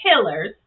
pillars